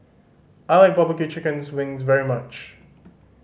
I like barbecue chicken wings very much